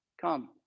come